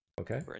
Okay